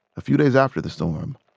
a few days after the storm,